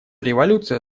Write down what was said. революция